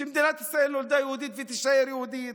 שמדינת ישראל נולדה יהודית ותישאר יהודית.